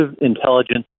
intelligence